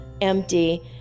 empty